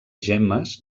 gemmes